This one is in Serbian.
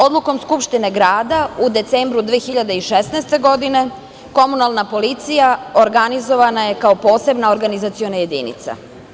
Odlukom Skupštine grada u decembru 2016. godine, komunalna policija organizovana je kao posebna organizaciona jedinica.